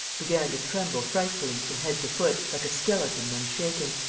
began to tremble frightfully, from head to foot, like a skeleton when shaken,